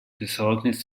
besorgnis